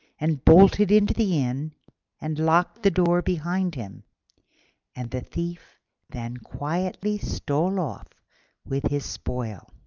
and bolted into the inn and locked the door behind him and the thief then quietly stole off with his spoil.